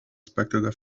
spectator